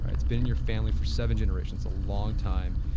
ah it's been in your family for seven generations, a long time.